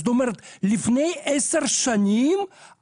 זאת אומרת לפני עשר שנים,